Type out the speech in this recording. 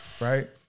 right